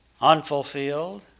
unfulfilled